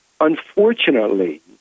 unfortunately